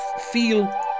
feel